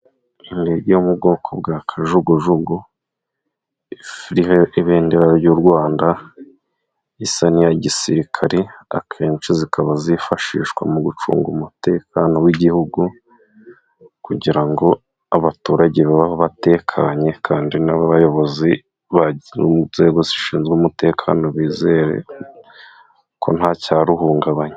Indege yo mu bwoko bwa kajugujugu, iriho ibendera ry'u Rwanda, isa n'iya gisirikare akenshi zikaba zifashishwa mu gucunga umutekano w'igihugu, kugira ngo abaturage babeho batekanye kandi n'abayobozi bo mu nzego zishinzwe umutekano, bizere ko ntacyaruhungabanya.